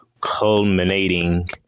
culminating